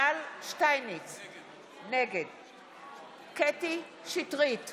תודה רבה, חברת הכנסת שרן השכל.